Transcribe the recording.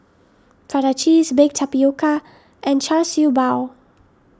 Prata Cheese Baked Tapioca and Char Siew Bao